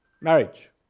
Marriage